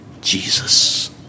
Jesus